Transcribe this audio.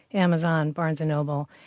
amazon, barnes and noble.